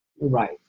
Right